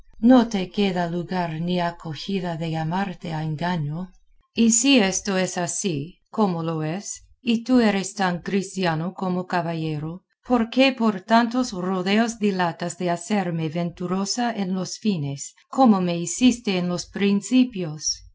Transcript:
no te queda lugar ni acogida de llamarte a engaño y si esto es así como lo es y tú eres tan cristiano como caballero por qué por tantos rodeos dilatas de hacerme venturosa en los fines como me heciste en los principios